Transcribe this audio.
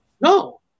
No